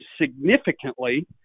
significantly